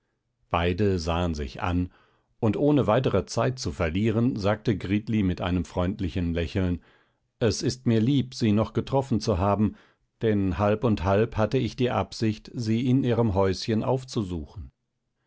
beide sahen sich an und ohne weitere zeit zu verlieren sagte gritli mit einem freundlichen lächeln es ist mir lieb sie noch getroffen zu haben denn halb und halb hatte ich die absicht sie in ihrem häuschen aufzusuchen